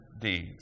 deeds